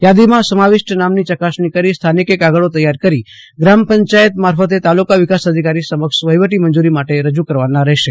યાદીમાં સમાવિષ્ટ નામની ચકાસણી કરી સાધનિક કાગળો તૈયાર કરી ગ્રામ પંચાયત મારફતે તાલુકા વિકાસ અધિકારી સમક્ષ વફીવટી મંજુરી માટે રજુ કરવાના રહેશે